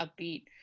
upbeat